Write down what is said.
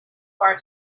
part